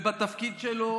בתפקיד שלו